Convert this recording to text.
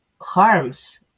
harms